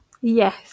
Yes